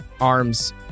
arms